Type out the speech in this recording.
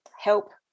help